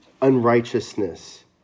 unrighteousness